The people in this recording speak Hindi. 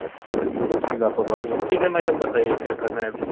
अच्छा अच्छा उसकी लापरवाही है ठीक है मैडम बताइए क्या करना है अभी